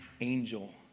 angel